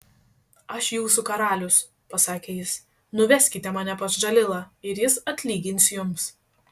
aš jūsų karalius pasakė jis nuveskite mane pas džalilą ir jis atlygins jums